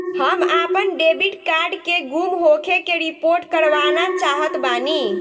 हम आपन debit card के गुम होखे के रिपोर्ट करवाना चाहत बानी